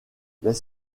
les